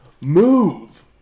Move